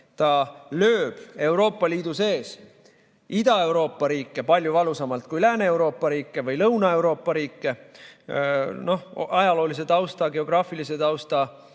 ta lööb Euroopa Liidu sees Ida-Euroopa riike palju valusamalt kui Lääne-Euroopa riike või Lõuna-Euroopa riike. Ajaloolise ja geograafilise tausta